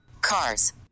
Cars